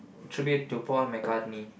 tribute to Paul-McCartney